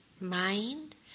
mind